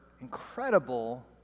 incredible